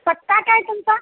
पत्ता काय तुमचा